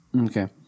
Okay